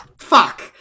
fuck